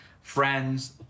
Friends